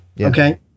Okay